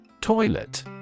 Toilet